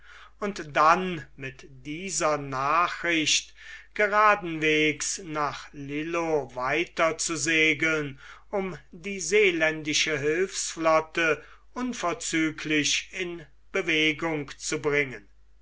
und dann mit dieser nachricht geradenwegs nach lillo weiter zu segeln um die seeländische hilfsflotte unverzüglich in bewegung zu bringen